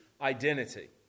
identity